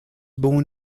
born